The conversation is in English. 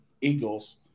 Eagles